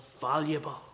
valuable